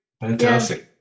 Fantastic